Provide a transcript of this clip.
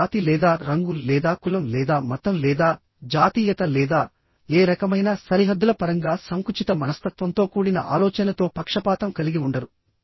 వారు జాతి లేదా రంగు లేదా కులం లేదా మతం లేదా జాతీయత లేదా ఏ రకమైన సరిహద్దుల పరంగా సంకుచిత మనస్తత్వంతో కూడిన ఆలోచనతో పక్షపాతం కలిగి ఉండరు